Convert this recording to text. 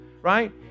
right